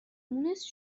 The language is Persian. مونس